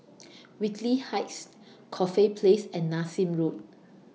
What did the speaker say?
Whitley Heights Corfe Place and Nassim Road